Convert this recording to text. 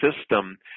system